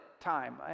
time